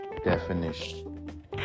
definition